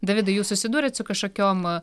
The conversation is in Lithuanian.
davidai jūs susidūrėt su kažkokiom